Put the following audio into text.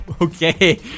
Okay